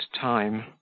time